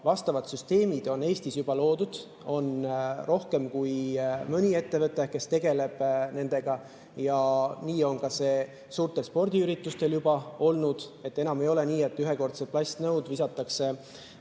vajalikud süsteemid on Eestis juba loodud. On rohkem kui mõni ettevõte, kes tegeleb nendega, ja nii on ka suurtel spordiüritustel juba olnud. Enam ei ole nii, et ühekordsed plastnõud visatakse